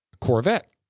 Corvette